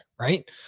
right